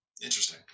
Interesting